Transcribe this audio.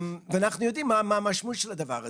ואנחנו יודעים מה המשמעות של הדבר הזה.